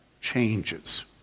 changes